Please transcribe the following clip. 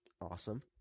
awesome